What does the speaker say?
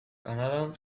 kanadan